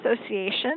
Association